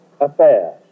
affairs